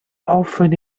often